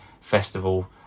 Festival